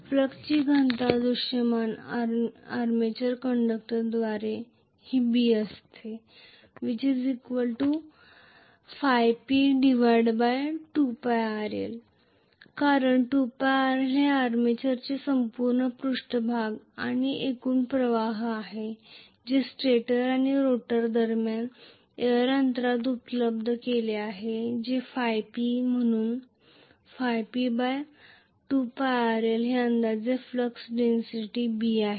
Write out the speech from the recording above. फ्लक्सची घनता दृश्यमान आर्मेचर कंडक्टरद्वारे B P 2rl कारण 2πrl हे आर्मेचरचे संपूर्ण पृष्ठभाग आणि एकूण प्रवाह आहे जे स्टेटर आणि रोटर दरम्यान एअर अंतरात उपलब्ध आहे जे ϕP आहे म्हणून P 2πrl हे अंदाजे फ्लक्स डेन्सिटी B आहे